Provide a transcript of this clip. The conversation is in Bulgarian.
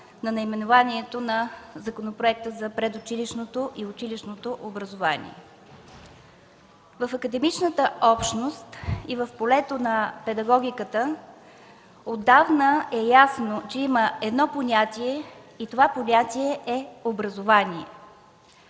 на наименованието на Законопроекта за предучилищното и училищното образование. В академичната общност и в полето на педагогиката отдавна е ясно, че има едно понятие и това понятие е „образование”.